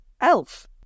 Elf